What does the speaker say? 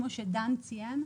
כפי שדן רשל ציין.